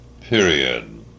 period